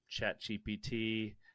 ChatGPT